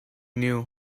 knew